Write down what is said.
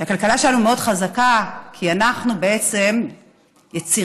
שהכלכלה שלנו מאוד חזקה כי אנחנו בעצם יצירתיים,